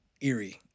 eerie